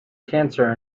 cancer